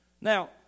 Now